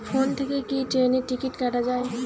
Phone থেকে কি ট্রেনের টিকিট কাটা য়ায়?